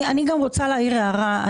אני גם רוצה להעיר הערה.